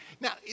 Now